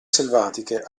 selvatiche